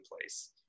place